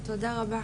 תודה רבה